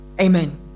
Amen